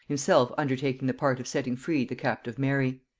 himself undertaking the part of setting free the captive mary.